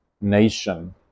nation